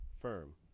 firm